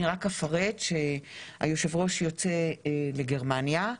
אני אפרט שהיושב ראש יוצא לגרמניה.